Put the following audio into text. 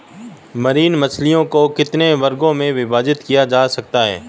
Marine मछलियों को कितने वर्गों में विभाजित किया जा सकता है?